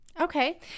Okay